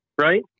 right